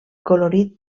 colorit